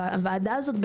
הוועדה הזאת,